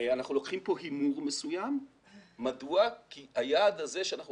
אנחנו לוקחים כאן הימור מסוים כי היעד הזה שאנחנו